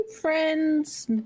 Friends